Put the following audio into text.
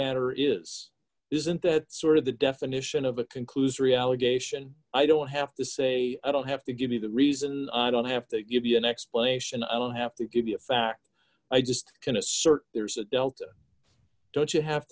matter is isn't that sort of the definition of a conclusory allegation i don't have to say i don't have to give me the reason i don't have to give you an explanation i will have to give you a fact i just can assert there's a delta don't you have